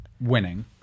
Winning